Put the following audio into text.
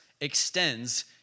extends